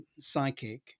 psychic